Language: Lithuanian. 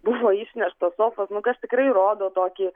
buvo išneštos sofos nu kas tikrai rodo tokį